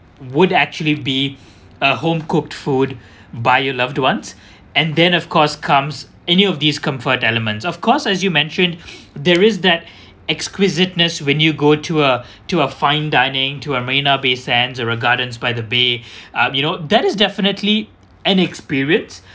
would actually be a home cooked food buyer loved ones and then of course comes any of these comfort element of course as you mentioned there is that exquisiteness when you go to a to a fine dining to a marina bay sands or a gardens by the bay um you know that is definitely an experience